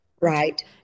Right